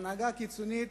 ההנהגה הקיצונית,